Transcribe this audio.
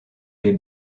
les